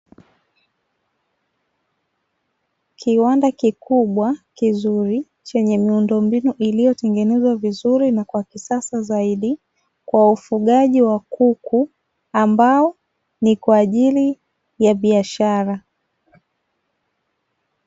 Kiwanda kikubwa, kizuri chenye miundombinu iliyotengenezwa vizuri na kwa kisasa zaidi kwa ufugaji wa kuku ambao ni kwa ajili ya biashara.